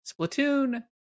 Splatoon